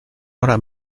ahora